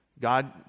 God